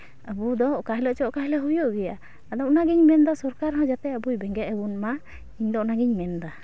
ᱟᱵᱚ ᱫᱚ ᱚᱠᱟ ᱦᱤᱞᱳᱜ ᱪᱚ ᱚᱠᱟ ᱦᱤᱞᱳᱜ ᱦᱩᱭᱩᱜ ᱜᱮᱭᱟ ᱟᱫᱚ ᱚᱱᱟ ᱜᱤᱧ ᱢᱮᱱᱫᱟ ᱥᱚᱨᱠᱟᱨ ᱦᱚᱸ ᱟᱵᱚᱭ ᱵᱮᱸᱜᱮᱫ ᱟᱵᱚᱱ ᱢᱟ ᱤᱧ ᱫᱚ ᱚᱱᱟ ᱜᱤᱧ ᱢᱮᱱᱫᱟ